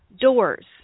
doors